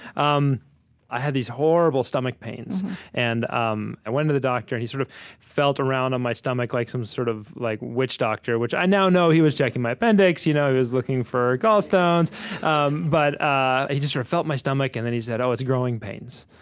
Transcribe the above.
um i had these horrible stomach pains and um i went to the doctor, and he sort of felt around on my stomach like some sort of like witch doctor, which i now know he was checking my appendix you know he was looking for gallstones um but he just sort of felt my stomach, and then he said, oh, it's growing pains,